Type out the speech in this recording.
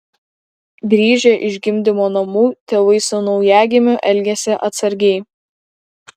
grįžę iš gimdymo namų tėvai su naujagimiu elgiasi atsargiai